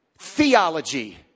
theology